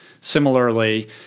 Similarly